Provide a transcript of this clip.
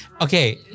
Okay